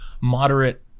moderate